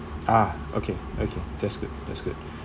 ah okay okay that's good that's good